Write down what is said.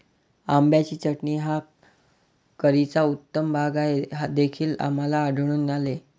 आंब्याची चटणी हा करीचा उत्तम भाग आहे हे देखील आम्हाला आढळून आले